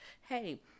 Hey